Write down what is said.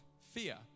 fear